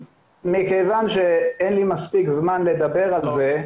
מכיוון שאין לי מספיק זמן לדבר על זה,